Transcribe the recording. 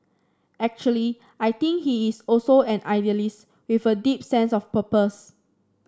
actually I think he is also an idealist with a deep sense of purpose